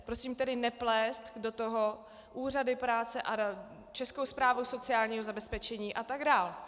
Prosím tedy neplést do toho úřady práce, Českou správu sociálního zabezpečení a tak dál.